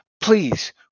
Please